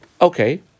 okay